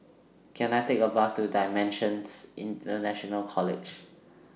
Can I Take A Bus to DImensions International College